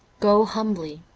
go humbly.